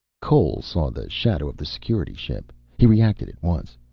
cole saw the shadow of the security ship. he reacted at once.